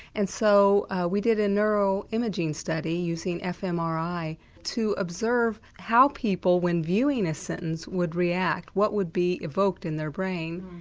and so we did a narrow imaging study using fmri to observe how people when viewing this sentence would react, what would be evoked in their brain.